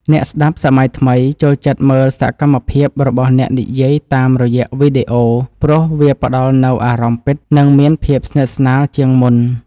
អ្នកស្ដាប់សម័យថ្មីចូលចិត្តមើលសកម្មភាពរបស់អ្នកនិយាយតាមរយៈវីដេអូព្រោះវាផ្តល់នូវអារម្មណ៍ពិត និងមានភាពស្និទ្ធស្នាលជាងមុន។